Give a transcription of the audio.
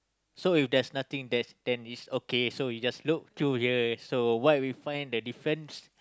so if there's nothing there's then it's okay so you just look through here so what we find the difference